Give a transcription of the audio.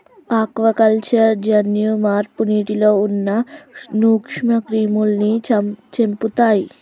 aquaculture జన్యు మార్పు నీటిలో ఉన్న నూక్ష్మ క్రిములని చెపుతయ్